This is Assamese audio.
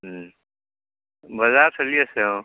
বজাৰ চলি আছে অঁ